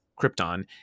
Krypton